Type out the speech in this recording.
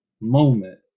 moment